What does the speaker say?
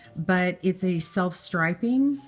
but it's a self-striping.